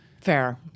Fair